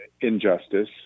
injustice